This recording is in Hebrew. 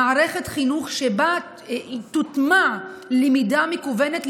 מערכת חינוך שבה תוטמע למידה מקוונת,